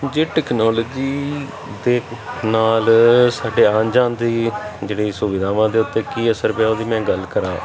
ਜੇ ਟੈਕਨੋਲੋਜੀ ਦੇ ਨਾਲ ਸਾਡੇ ਆਉਣ ਜਾਣ ਦੀ ਜਿਹੜੀ ਸੁਵਿਧਾਵਾਂ ਦੇ ਉੱਤੇ ਕੀ ਅਸਰ ਪਿਆ ਉਹਦੀ ਮੈਂ ਗੱਲ ਕਰਾਂ